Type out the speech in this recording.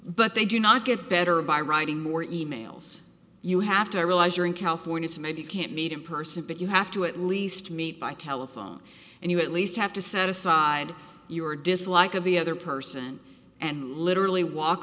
but they do not get better by writing more e mails you have to realize you're in california so maybe you can't meet in person but you have to at least meet by telephone and you at least have to set aside your dislike of the other person and literally walk